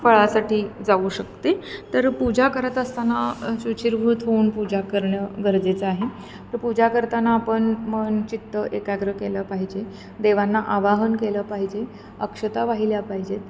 फळासाठी जाऊ शकते तर पूजा करत असताना शुचिर्भूत होऊन पूजा करणं गरजेचं आहे पूजा करताना आपण मन चित्त एकाग्र केलं पाहिजे देवांना आवाहन केलं पाहिजे अक्षता वाहिल्या पाहिजेत